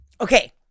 Okay